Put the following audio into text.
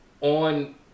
on